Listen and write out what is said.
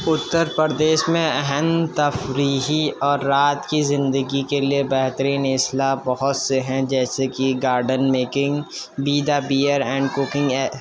اتر پردیش میں اہم تفریحی اور رات کی زندگی کے لیے بہترین اضلاع بہت سے ہیں جیسے کہ گارڈن میکنگ بیدہ بیئر اینڈ کوکنگ اے